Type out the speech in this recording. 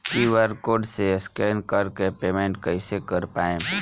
QR code से scan कर के पेमेंट कइसे कर पाएम?